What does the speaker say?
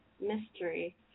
Mystery